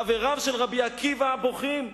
חבריו של רבי עקיבא בוכים,